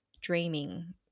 dreaming